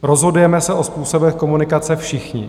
Rozhodujeme se o způsobech komunikace všichni.